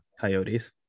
Coyotes